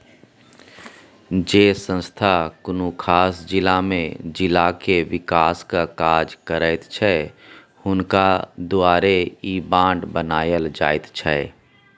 जे संस्था कुनु खास जिला में जिला के विकासक काज करैत छै हुनका द्वारे ई बांड बनायल जाइत छै